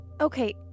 Okay